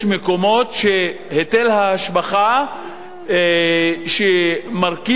יש מקומות שבהם היטל ההשבחה הוא מרכיב